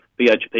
BHP